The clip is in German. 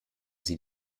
sie